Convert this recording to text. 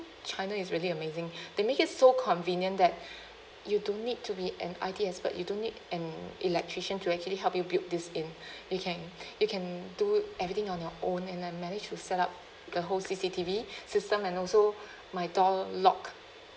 china is really amazing they make is so convenient that you don't need to be an I_T expert you don't need an electrician to actually help you build this in you can you can do everything on your own and I managed to set up the whole C_C_T_V system and also my door lock